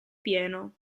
pieno